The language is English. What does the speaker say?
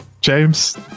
James